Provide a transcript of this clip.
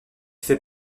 fait